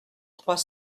trois